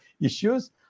issues